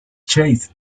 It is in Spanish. chase